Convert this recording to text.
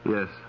Yes